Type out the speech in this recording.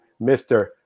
Mr